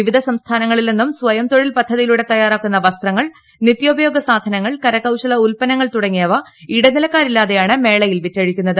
വിവിധ സംസ്ഥാനങ്ങളിൽ നിന്നും സ്വയം തൊഴിൽ പദ്ധതിയിലൂടെ തയ്യാറാക്കുന്ന വസ്ത്രങ്ങൾ നിത്യോപയോഗ സാധനങ്ങൾ കരകൌശല ഉൽപന്നങ്ങൾ തുടങ്ങിയവ ഇടനിലക്കാരില്ലാതെയാണ് മേളയിൽ വിറ്റഴിക്കുന്നത്